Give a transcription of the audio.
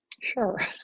Sure